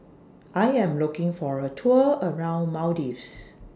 I Am looking For A Tour around Maldives